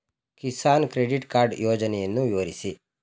Kisan credit card ಯೋಜನೆಯನ್ನು ವಿವರಿಸಿ?